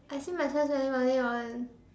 I see myself spending money on